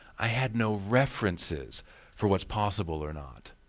i had no references for what's possible or not.